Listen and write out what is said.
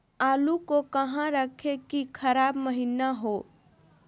आलू को कहां रखे की खराब महिना हो?